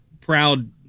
proud